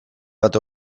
bat